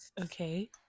Okay